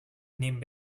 nehmen